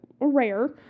rare